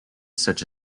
such